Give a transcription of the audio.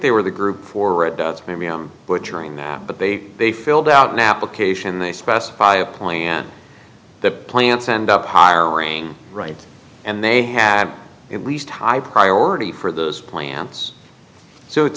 they were the group for adults maybe i'm butchering map but they they filled out an application they specify a plan that plants end up hiring right and they had at least high priority for those plants so it